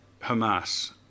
Hamas